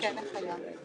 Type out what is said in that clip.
אחר שלא מאפשר להן.